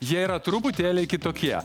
jie yra truputėlį kitokie